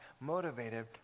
motivated